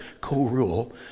co-rule